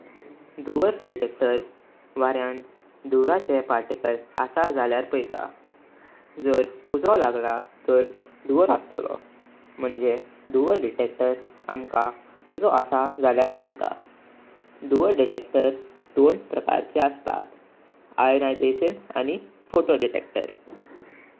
दुवार डिटेक्टर वरयां दुव्राचे पार्टिकल असा जल्यार पायता। जार उजो लागला तार दुवार असेलो मंय दुवार डिटेक्टर अमका उजो असा जल्यार सांगता। दुवार डिटेक्टर दोन प्रकाराचे अस्तात, आयोनायजेशन आनी फोटोडेटेक्टर।